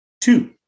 Two